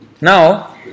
now